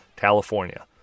California